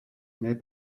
neb